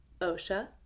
OSHA